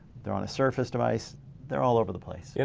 they're on a surface device they're all over the place. yeah